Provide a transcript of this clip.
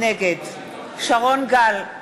נגד שרון גל,